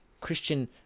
Christian